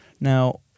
Now